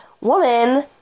woman